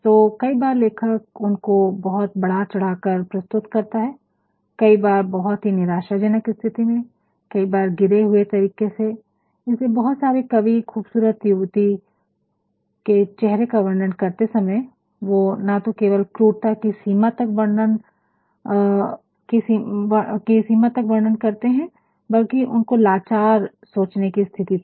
तो कई बार लेखक उनको बहुत बड़ा चढ़ा कर प्रस्तुत करता है कई बार बहुत ही निराशाजनक स्थिति में कई बार गिरे हुए तरीके से इसलिए बहुत सारे कवि खूबसूरत युवती के चेहरे का वर्णन करते समय वो न तो केवल क्रूरता की सीमा तक वर्णन करते बल्कि उनको लाचार सोचने की स्थिति तक